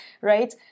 right